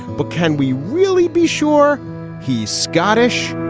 but can we really be sure he's scottish